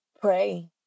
pray